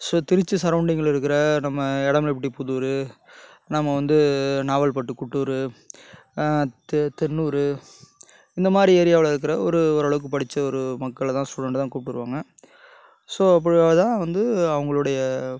so Trichy சரௌண்டிங்கில இருக்கிற நம்ம எடமலைப்பட்டி புதூர் நம்ம வந்து நாவல்பட்டு குட்டூர் தெ தென்னூர் இந்தமாதிரி ஏரியாவில் இருக்கிற ஒரு ஓரளவுக்கு படிச்ச ஒரு மக்களைதான் ஸ்டூடண்ட்ட தான் கூப்பிட்டு வருவாங்க ஸோ அப்படி அதான் வந்து அவங்களுடைய